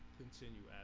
continue